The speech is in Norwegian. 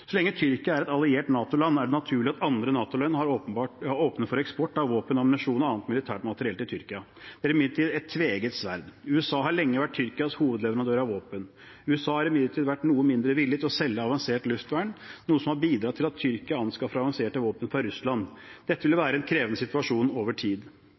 Så lenge Tyrkia er et alliert NATO-land, er det naturlig at andre NATO-land er åpne for eksport av våpen, ammunisjon og annet militært materiell til Tyrkia. Det er imidlertid et tveegget sverd. USA har lenge vært Tyrkias hovedleverandør av våpen. USA har imidlertid vært noe mindre villig til å selge avansert luftvern, noe som har bidratt til at Tyrkia anskaffer avanserte våpen fra Russland. Dette vil være en krevende situasjon over tid.